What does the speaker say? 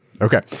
Okay